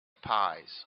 pies